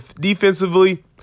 Defensively